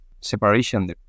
separation